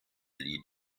lied